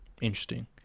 interesting